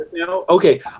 Okay